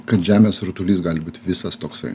kad žemės rutulys gali būti visas toksai